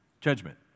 judgment